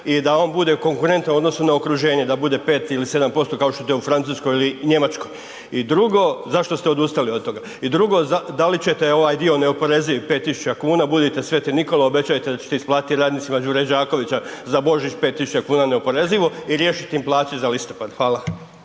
i da on bude konkurentan u odnosu na okruženje, da bude 5 ili 7% kao što je to u Francuskoj ili Njemačkoj, zašto ste odustali od toga? I drugo, da li ćete ovaj dio neoporezivi 5.000 kuna budite sv. Nikola obećajte da ćete isplatiti radnicima Đure Đakovića za Božić 5.000 kuna neoporezivo i riješiti im plaće za listopad? Hvala.